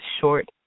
short